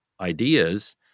ideas